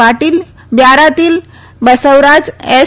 પાટિલ બ્યારાતીલ બસવરાજ એસ